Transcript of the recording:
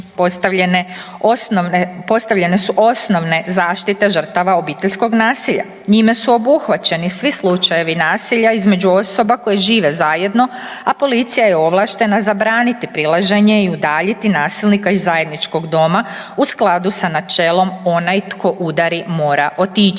postavljene su osnovne zaštite žrtava obiteljskog nasilja. Njime su obuhvaćeni svi slučajevi nasilja između osoba koje žive zajedno, a policija je ovlaštena zabraniti prilaženje i udaljiti nasilnika iz zajedničkog doma u skladu sa načelom, onaj tko udari, mora otići.